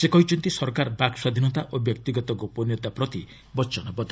ସେ କହିଛନ୍ତି ସରକାର ବାକ୍ସ୍ୱାଧୀନତା ଓ ବ୍ୟକ୍ତିଗତ ଗୋପନୀୟତା ପ୍ରତି ବଚନବଦ୍ଧ